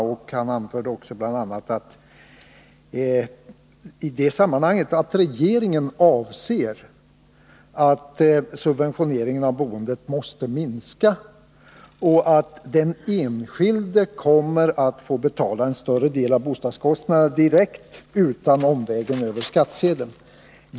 Han anförde också i det sammanhanget att regeringen anser att subventioneringen av boendet måste minska och att den enskilde kommer att få betala en större del av bostadskostnaden direkt utan omvägen över skattsedeln.